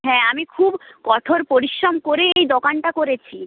হ্যাঁ আমি খুব কঠোর পরিশ্রম করে এই দোকানটা করেছি